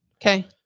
Okay